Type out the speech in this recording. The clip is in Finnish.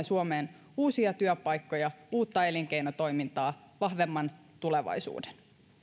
suomeen uusia työpaikkoja uutta elinkeinotoimintaa vahvemman tulevaisuuden